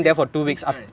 which which guy